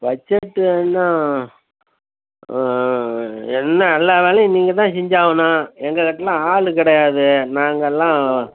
budget என்ன என்ன எல்லாம் வேலையும் நீங்கள் தான் செஞ்சாகணும் எங்கக்கிட்டலாம் ஆளு கிடையாது நாங்கெல்லாம்